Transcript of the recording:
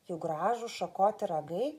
jų gražūs šakoti ragai